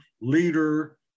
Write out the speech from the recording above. leader